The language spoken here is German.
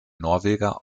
norweger